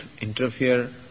interfere